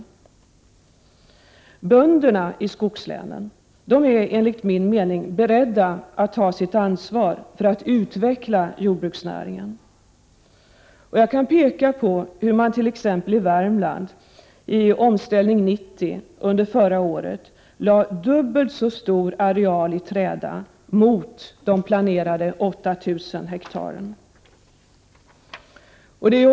Bönderna i skogslänen är enligt min mening beredda att ta sitt ansvar för att utveckla jordbruksnäringen. Jag kan peka på hur man t.ex. i Värmland, i Omställning 90, under förra året lade dubbelt så stor areal i träda som de planerade 8 000 hektaren.